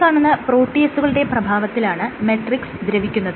ഈ കാണുന്ന പ്രോട്ടിയേസുകളുടെ പ്രഭാവത്തിലാണ് മെട്രിക്സ് ദ്രവിക്കുന്നത്